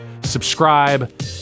subscribe